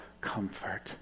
comfort